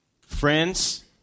Friends